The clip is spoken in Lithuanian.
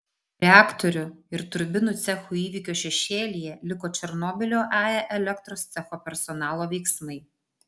reaktorių ir turbinų cechų įvykių šešėlyje liko černobylio ae elektros cecho personalo veiksmai